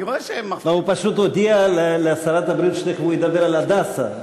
הוא פשוט הודיע לשרת הבריאות שתכף הוא ידבר על "הדסה",